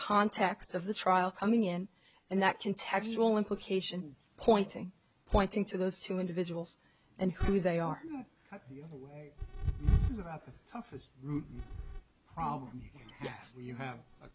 context of the trial coming in and that can textual implication pointing pointing to those two individuals and who they are is about the toughest route problem yes you have a